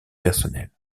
personnel